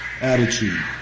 attitude